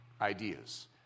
ideas